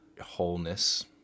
wholeness